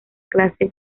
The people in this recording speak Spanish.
clase